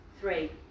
Three